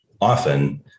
Often